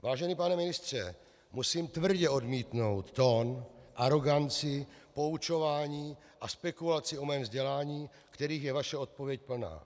Vážený pane ministře, musím tvrdě odmítnout tón, aroganci, poučování a spekulaci o mém vzdělání, kterých je vaše odpověď plná.